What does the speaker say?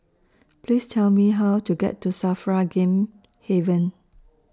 Please Tell Me How to get to SAFRA Game Haven